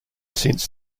since